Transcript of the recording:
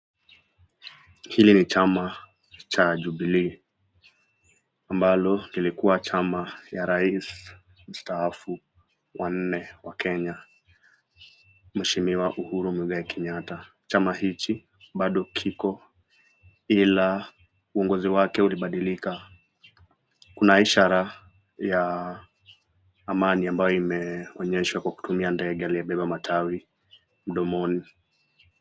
Hili ni chana cha jubilee ambalo lilikuwa chama ya rais mstaafu wa nne wa Kenya, mheshimiwa Uhuru Muigai Kenyatta. Chama hichi bado kiko ila uongozi wake ulibadilika. Kuna ishara ya amani ambayo imeonyeshwa kwa kutumia ndege aliyebeba watawi mdomoni.